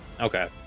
Okay